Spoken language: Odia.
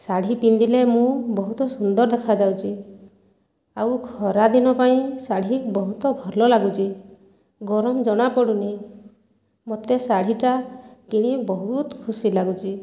ଶାଢ଼ୀ ପିନ୍ଧିଲେ ମୁଁ ବହୁତ ସୁନ୍ଦର ଦେଖାଯାଉଛି ଆଉ ଖରାଦିନ ପାଇଁ ଶାଢ଼ୀ ବହୁତ ଭଲ ଲାଗୁଛି ଗରମ ଜଣାପଡ଼ୁ ନାହିଁ ମୋତେ ଶାଢ଼ୀଟା କିଣି ବହୁତ ଖୁସି ଲାଗୁଛି